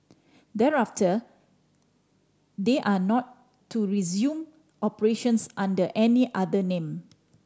thereafter they are not to resume operations under any other name